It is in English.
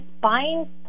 buying